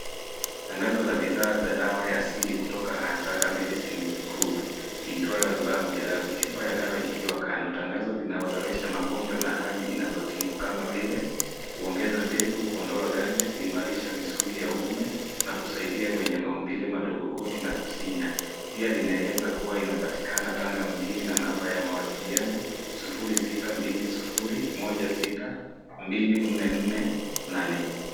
Tangazo la bidhaa za dawa ya asili kutoka Asaka medicine group iitwayo Albayo mjarabu, chupa ya dawa ikiwa kando. Tangazo linaorodhesha magonjwa na hali inazotibu kama vile kuongeza mbegu, kuondoa ganzi, kuimarisha misuli ya uume na kusaidia wenye maumbile mandogo, goti na kusinya. Pia linaeleza kuwa inapatikana Tanga mjini na namba ya mawasiliano sufuri sita mbili sufuri moja sita mbili nne nne nane.